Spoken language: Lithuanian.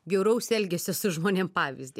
bjauraus elgesio su žmonėm pavyzdį